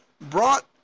brought